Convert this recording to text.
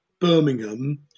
Birmingham